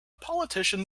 politician